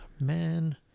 man